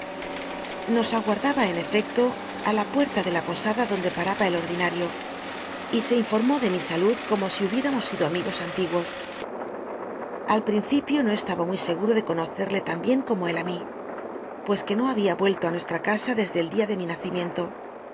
os aguardaba en efecto í la uela de la pol linari o y se informó de sada donde pamba el o am mi s llllll como si hubiér os sido am igos antiguos al principio no estaba muy segmo de conocedc tan bien como él ü mi pues que no babia ruello nueslm casa desde el día de mi nacimiento